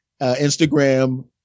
Instagram